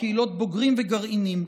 קהילות בוגרים וגרעינים,